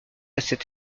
cet